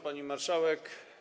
Pani Marszałek!